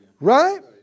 Right